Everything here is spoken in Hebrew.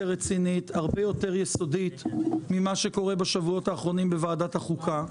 רצינית והרבה יותר יסודית ממה שקורה בשבועות האחרונים בוועדת החוקה.